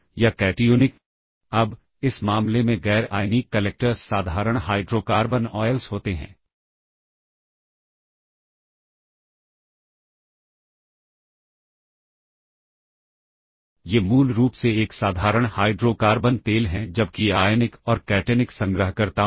यहां जैसे की असेंबली लैंग्वेज प्रोग्राम के केस में कुछ चीजों को बार बार करना पड़ता है पर यहां पर हम इसे अलग से रख देते हैं जिसे आप या हम सब रूटीन बुला सकते हैं